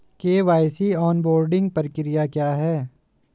KYC onboarding प्रक्रिया क्या है?